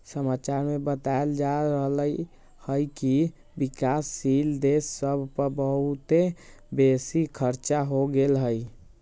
समाचार में बतायल जा रहल हइकि विकासशील देश सभ पर बहुते बेशी खरचा हो गेल हइ